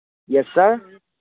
yes sir